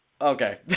Okay